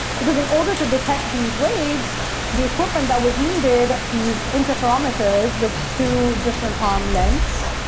because in order to detect these waves the equipment that was needed, these interferometers with two different arm lengths,